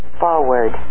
forward